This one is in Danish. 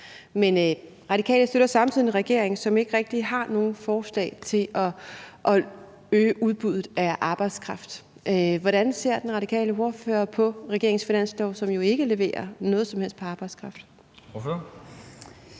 Men Radikale støtter samtidig en regering, der ikke rigtig har nogen forslag til at øge udbuddet af arbejdskraft. Hvordan ser den radikale ordfører på regeringens finanslovsforslag, som jo ikke leverer noget som helst på arbejdskraft? Kl.